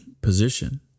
position